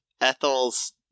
Ethel's